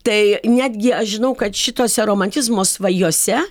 tai netgi aš žinau kad šitose romantizmo svajose